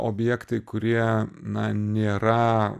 objektai kurie na nėra